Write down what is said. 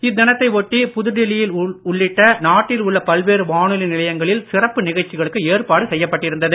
இத்தினத்தை ஒட்டி புதுடில்லி உள்ளிட்ட நாட்டில் உள்ள பல்வேறு வானொலி நிலையங்களில் சிறப்பு நிகழ்ச்சிகளுக்கு ஏற்பாடு செய்யப் பட்டிருந்தது